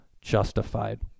justified